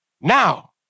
now